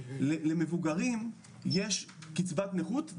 למבוגרים יש קצבת נכות,